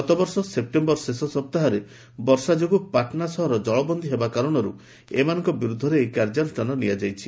ଗତବର୍ଷ ସେପ୍ଟେମ୍ୟର ଶେଷ ସପ୍ତାହରେ ବର୍ଷାଯୋଗୁଁ ପାଟ୍ନା ସହର ଜଳବନ୍ଦୀହେବା କାରଣରୁ ଏମାନଙ୍କ ବିରୁଦ୍ଧରେ ଏହି କାର୍ଯ୍ୟାନୁଷ୍ଠାନ ନିଆଯାଇଛି